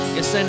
Yes